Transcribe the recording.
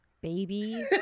baby